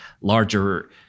larger